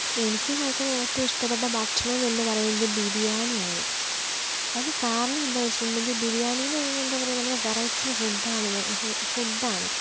എനിക്ക് കഴിക്കാൻ ഏറ്റവും ഇഷ്ട്ടപ്പെട്ട ഭക്ഷണമെന്ന് പറയുന്നത് ബിരിയാണിയാണ് അത് കാരണം എന്താണ് വെച്ചിട്ടുണ്ടെങ്കിൽ ബിരിയാണി എന്ന് പറഞ്ഞാൽ എന്താണ് പറയുക നമ്മുടെ വെറൈറ്റി ഫുഡ് ആണ് ഫുഡ് ആണ്